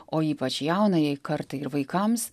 o ypač jaunajai kartai ir vaikams